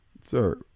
Sir